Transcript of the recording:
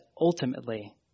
ultimately